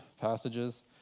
passages